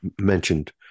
mentioned